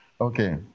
Okay